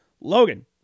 Logan